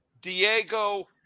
Diego